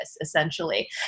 essentially